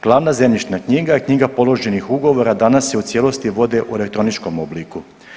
Glavna zemljišna knjiga i knjiga položenih ugovora danas je u cijelosti vode u elektroničkom obliku.